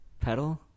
pedal